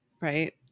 right